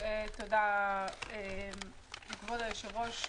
תודה, כבוד היושב-ראש.